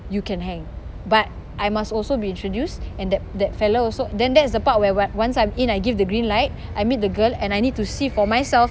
you can hang but I must also be introduced and that that fella also then that's the part where where once I'm in I give the green light I meet the girl and I need to see for myself